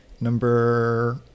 Number